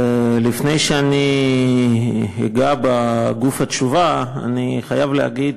לפני שאגע בגוף התשובה אני חייב להגיד